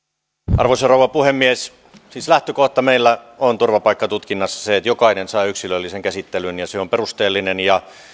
arvoisa rouva puhemies siis lähtökohta meillä on turvapaikkatutkinnassa se että jokainen saa yksilöllisen käsittelyn ja se on perusteellinen